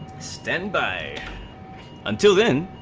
standby until then